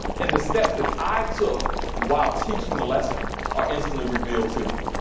and the steps that i took while teaching the lesson are instantly revealed to them.